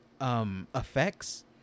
effects